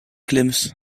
glimpse